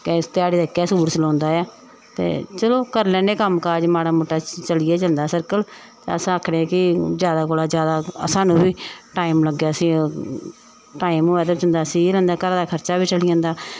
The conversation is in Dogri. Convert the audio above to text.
ध्याड़ी दा इक्कै सूट सनोंदा ऐ ते चलो करी लैन्ने आं कम्मकाज माड़ा चली गै जंदा सर्कल ते अस आखने आं कि जादा कोला जादा सानूं बी टाइम लग्गै उसी टाइम टाइम होऐ ते बंदा सी गै लैंदा घरा दा खर्चा बी चली जंदा